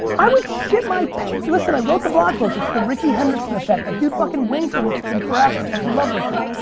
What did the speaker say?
i would shit my pants. listen, i wrote the blog post. it's the ricky henderson effect. that dude fucking winked and it's been forever. fucking love ricky.